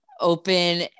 open